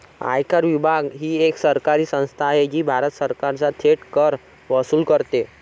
आयकर विभाग ही एक सरकारी संस्था आहे जी भारत सरकारचा थेट कर वसूल करते